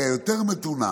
עלייה יותר מתונה.